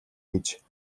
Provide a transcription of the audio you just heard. гэж